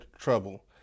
Trouble